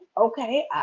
okay